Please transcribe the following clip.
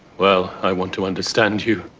well, i want to understand you.